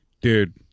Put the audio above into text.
dude